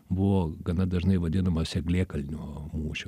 buvo gana dažnai vadinamas eglėkalnio mūšiu